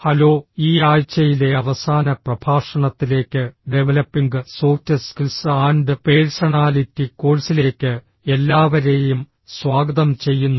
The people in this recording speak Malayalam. ഹലോ ഈ ആഴ്ചയിലെ അവസാന പ്രഭാഷണത്തിലേക്ക് developing soft skills and personality കോഴ്സിലേക്ക് എല്ലാവരേയും സ്വാഗതം ചെയ്യുന്നു